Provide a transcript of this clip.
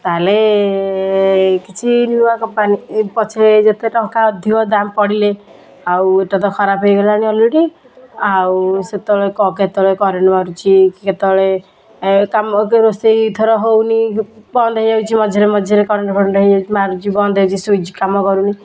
ତାହେଲେ କିଛି ନୂଆ କମ୍ପାନୀ ଇ ପଛେ ଯେତେ ଟଙ୍କା ଅଧିକ ଦାମ୍ ପଡ଼ିଲେ ଆଉ ଏଇଟା ତ ଖରାପ ହୋଇଗଲାଣି ଅଲରେଡ଼ି ଆଉ ସେତେବେଳେ କେତେବେଳେ କରେଣ୍ଟ୍ ମାରୁଛି କେତେବେଳେ କାମ ରୋଷେଇ ଧର ହେଉନି ବନ୍ଦ ହୋଇଯାଉଛି ମଝିରେ ମଝିରେ କରେଣ୍ଟ୍ ଫରେଣ୍ଟ୍ ହେଉଛି ମାରୁଛି ବନ୍ଦ ହେଉଛି ସୁଇଚ୍ କାମ କରୁନି